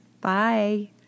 Bye